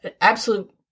absolute